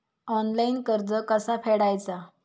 Online कर्ज कसा फेडायचा?